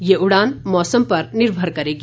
ये उड़ान मौसम पर निर्भर करेगी